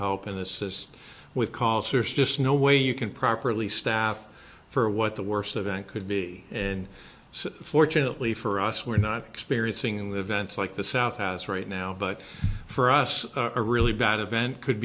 help in this with calls there's just no way you can properly staff for what the worst event could be and so fortunately for us we're not experiencing the events like the south has right now but for us a really bad event could